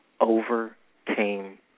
overcame